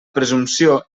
presumpció